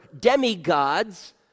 demigods